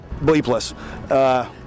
bleepless